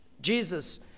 Jesus